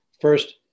First